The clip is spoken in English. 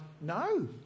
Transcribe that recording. No